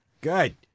Good